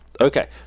Okay